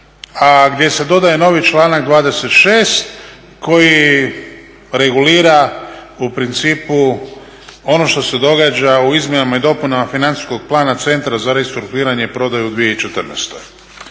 a gdje se dodaje novi članak 26. koji regulira u principu ono što se događa u izmjenama i dopunama financijskog plana Centra za restrukturiranje i prodaju u 2014.